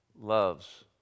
loves